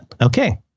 Okay